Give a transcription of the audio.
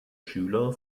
schüler